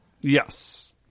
Yes